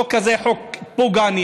החוק הזה חוק פוגעני.